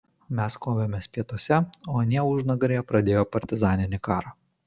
mes kovėmės pietuose o anie užnugaryje pradėjo partizaninį karą